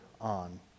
on